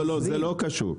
לא, זה לא קשור.